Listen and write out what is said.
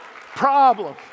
problem